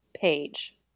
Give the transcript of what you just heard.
page